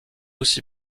aussi